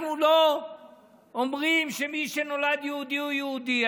אנחנו לא אומרים שמי שנולד יהודי הוא יהודי,